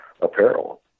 apparel